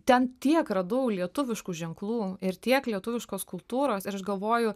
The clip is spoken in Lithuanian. ten tiek radau lietuviškų ženklų ir tiek lietuviškos kultūros ir aš galvoju